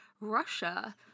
Russia